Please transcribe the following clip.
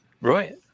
Right